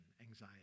anxiety